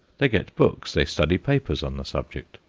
they get books, they study papers on the subject.